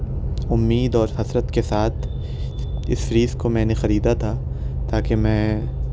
اُمید اور حسرت کے ساتھ اِس فریج کو میں نے خریدا تھا تاکہ میں